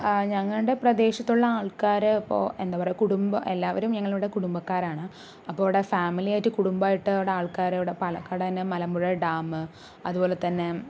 ഞങ്ങളുടെ പ്രദേശത്തുള്ള ആൾക്കാരെ ഇപ്പോൾ എന്താ പറയുക കുടുംബം എല്ലാവരും ഞങ്ങളുടെ കുടുംബക്കാരാണ് അപ്പോൾ ഇവിടെ ഫാമിലി ആയിട്ട് കുടുംബമായിട്ട് ഇവിടെ ആൾക്കാരോട് പാലക്കാട് തന്നെ മലമ്പുഴ ഡാം അതുപോലെത്തന്നെ